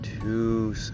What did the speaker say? two